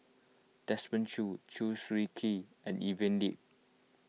Desmond Choo Chew Swee Kee and Evelyn Lip